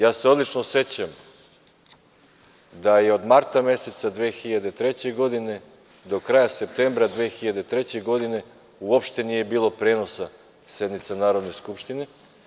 Ja se odlično sećam da od marta meseca 2003. godine do kraja septembra 2003. godine uopšte nije bilo prenosa sednica Narodne skupštine.